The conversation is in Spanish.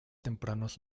tempranos